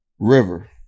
River